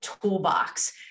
toolbox